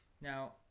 now